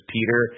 Peter